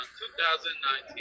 2019